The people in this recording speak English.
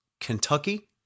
Kentucky